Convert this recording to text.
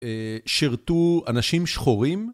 שרתו אנשים שחורים.